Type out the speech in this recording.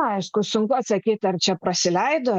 aišku sunku atsakyti ar čia prasileido